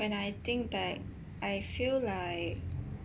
when I think back I feel like